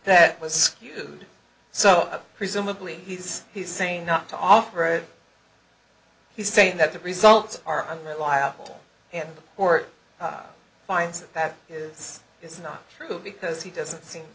that was skewed so presumably he's he's saying not to offer it he's saying that the results are unreliable and report finds that his is not true because he doesn't think